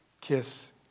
kiss